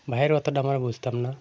বাইরে অতটা আমরা বুঝতাম না